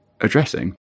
addressing